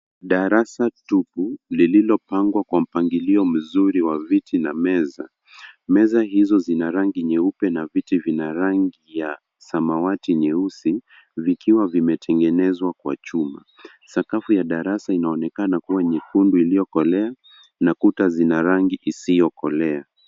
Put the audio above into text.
Darasa tupu lililopangwa kwa mpangilio mzuri wa viti na meza. Meza hizo zina rangi nyeupe na viti vina rangi ya samawati nyeusi vikiwa vimetengenezwa kwa chuma. Sakafu ya darasa inaonekana kuwa nyekundu iliyokolea na kuta zina rangi isiyokolea.